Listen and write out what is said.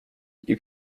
you